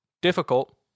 difficult